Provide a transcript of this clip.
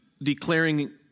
Declaring